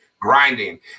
grinding